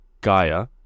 Gaia